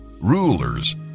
rulers